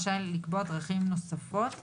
ב-(ג) יש פעמיים מועצה דתית מוסמכת.